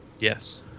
Yes